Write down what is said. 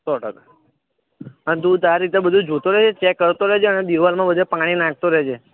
સો ટકા હા તું તારી રીતે બધું જોતો રહેજે ચેક કરતો રહેજે અને દીવાલમાં બધે પાણી નાખતો રહેજે